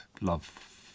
love